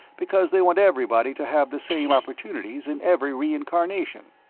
because they want everybody to have the same opportunities in every reincarnation.